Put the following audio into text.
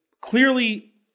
clearly